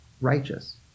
righteous